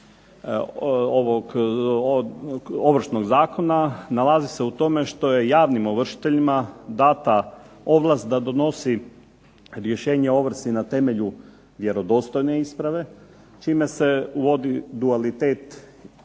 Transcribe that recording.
ovog Ovršnog zakona nalazi se u tome što je javnim ovršiteljima data ovlast da donosi rješenje o ovrsi na temelju vjerodostojne isprave čime se uvodi dualitet